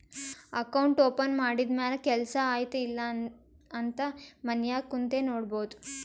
account open ಮಾಡಿದ ಮ್ಯಾಲ ಕೆಲ್ಸಾ ಆಯ್ತ ಇಲ್ಲ ಅಂತ ಮನ್ಯಾಗ್ ಕುಂತೆ ನೋಡ್ಬೋದ್